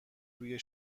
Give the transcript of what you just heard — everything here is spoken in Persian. توی